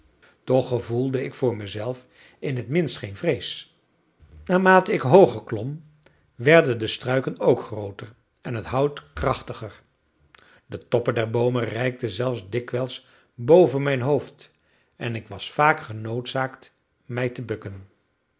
toch gevoelde ik voor mezelf in het minst geen vrees naarmate ik hooger klom werden de struiken ook grooter en het hout krachtiger de toppen der boomen reikten zelfs dikwijls boven mijn hoofd en ik was vaak genoodzaakt mij te bukken